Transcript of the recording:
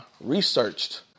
researched